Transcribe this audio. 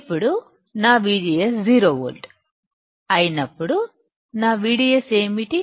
ఇప్పుడు నా VGS 0 volt అయినప్పుడు నా VDS ఏమిటి